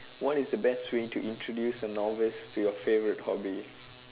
what is the best way to introduce a novice to your favourite hobby